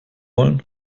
wollen